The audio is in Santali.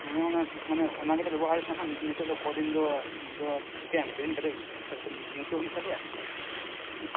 ᱢᱟᱱᱮ ᱚᱱᱟ ᱜᱮᱞᱮ ᱵᱮᱵᱚᱦᱟᱨᱮᱫ ᱛᱟᱦᱮᱜᱼᱟ ᱱᱤᱛᱳᱜ ᱫᱚ ᱠᱚᱫᱤᱱ ᱫᱚ ᱫᱚ ᱪᱤᱠᱟᱭᱟᱢ ᱠᱤᱨᱤᱧ ᱠᱟᱛᱮᱜᱮ ᱧᱩ ᱛᱳ ᱦᱩᱭᱩᱜ ᱛᱟᱞᱮᱭᱟ